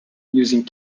using